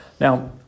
Now